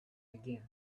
again